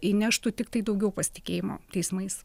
įneštų tiktai daugiau pasitikėjimo teismais